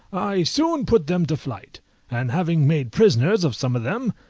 i soon put them to flight and having made prisoners of some of them,